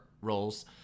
roles